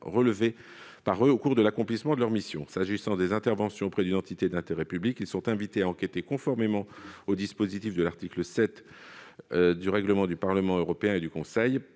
relevées par eux au cours de l'accomplissement de leur mission. S'agissant des interventions auprès d'une entité d'intérêt public, ils sont invités à enquêter, conformément au dispositif de l'article 7 du règlement du Parlement européen et du Conseil.